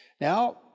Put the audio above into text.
Now